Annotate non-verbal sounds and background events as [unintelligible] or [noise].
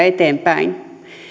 [unintelligible] eteenpäin